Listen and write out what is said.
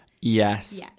yes